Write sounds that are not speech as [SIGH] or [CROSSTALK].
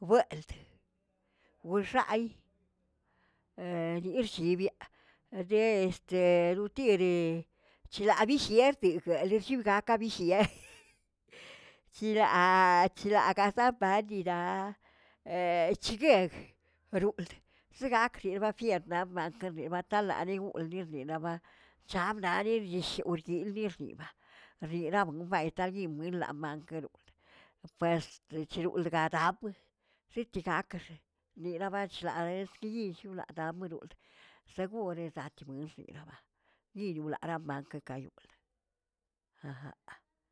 Buelt, buxaꞌay [HESITATION] exchibiaꞌa de este rutiri chlaꞌa llibiꞌexkigeꞌe ljikaꞌabigieꞌ [NOISE] chilaꞌa chlaꞌgazaꞌa pachiraꞌa [HESITATION] echigueꞌgꞌ roldə zgaklibaꞌa ba fiadnaꞌa makaraꞌ batalaꞌa lirgu'ulaꞌ ribalaꞌa chamnaꞌari bishiwrdildi'i irdiꞌibaꞌa rienaꞌa bumbubaitayim milaꞌamaꞌakeroꞌr, past c̱heroldga daaꞌbglə xichigakꞌxə niraꞌa bachlaꞌares jiꞌyichuladamꞌroꞌl segureꞌ daa tchmixꞌelaꞌabaꞌ ñilulaꞌa raꞌamaꞌakə kaꞌyoldə. [HESITATION]